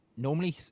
Normally